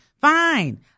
Fine